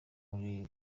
muri